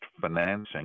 financing